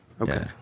Okay